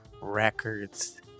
Records